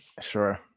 sure